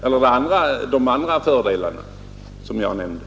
bland polismännen i Stockholm att söka sig till andra orter